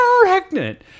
pregnant